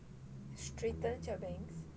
straighten your bangs